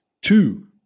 two